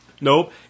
Nope